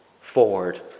forward